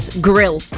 grill